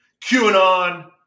QAnon